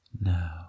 Now